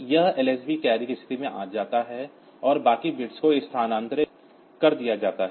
यह LSB carry की स्थिति में जाता है और बाकी बिट्स को स्थानांतरित कर दिया जाता है